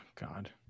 god